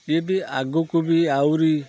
ଇଏବି ଆଗୁକୁ ବି ଆହୁରି